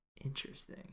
Interesting